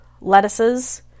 lettuces